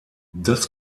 das